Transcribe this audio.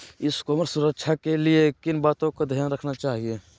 ई commerce की सुरक्षा के लिए किन बातों का ध्यान रखना चाहिए?